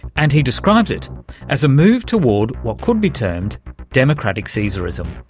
and he describes it as a move toward what could be termed democratic caesarism.